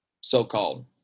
so-called